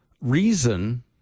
reason